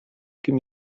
kim